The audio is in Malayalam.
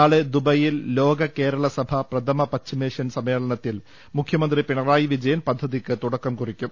നാളെ ദുബാ യിൽ ലോക കേരള സഭ പ്രഥമ പശ്ചിമേഷ്യൻ സമ്മേളനത്തിൽ മുഖ്യമന്ത്രി പിണറായി വിജയൻ പദ്ധതിയ്ക്ക് തുടക്കം കുറിക്കും